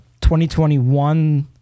2021